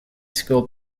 school